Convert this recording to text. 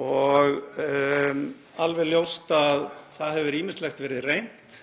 er alveg ljóst að ýmislegt hefur verið reynt.